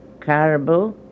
caribou